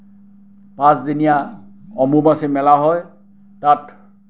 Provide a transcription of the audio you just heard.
পাঁচদিনীয়া অম্বুবাচী মেলা হয় তাত